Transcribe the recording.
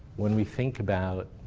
when we think about